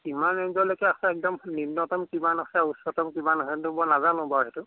কিমান ৰেঞ্জলৈকে আছে একদম নিম্নতম কিমান আছে উচ্চতম কিমান আছে সেইটো মই নাজানো বাৰু সেইটো